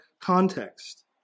context